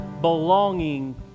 belonging